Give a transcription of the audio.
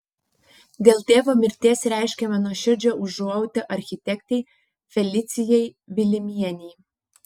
dėl tėvo mirties reiškiame nuoširdžią užuojautą architektei felicijai vilimienei